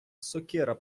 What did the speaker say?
сокира